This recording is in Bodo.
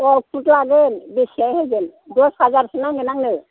औ सुद लागोन बेसे होगोन दस हाजारसो नांगोन आंनो